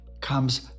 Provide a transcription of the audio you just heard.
comes